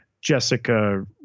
Jessica